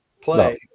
play